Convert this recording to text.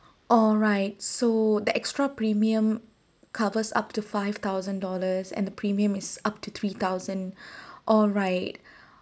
alright so the extra premium covers up to five thousand dollars and the premium is up to three thousand alright